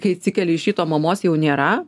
kai atsikeli iš ryto mamos jau nėra